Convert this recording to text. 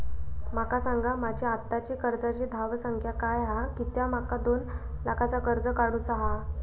माका सांगा माझी आत्ताची कर्जाची धावसंख्या काय हा कित्या माका दोन लाखाचा कर्ज काढू चा हा?